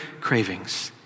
cravings